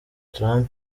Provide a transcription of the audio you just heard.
trump